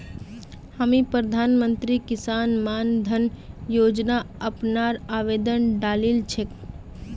हामी प्रधानमंत्री किसान मान धन योजना अपनार आवेदन डालील छेक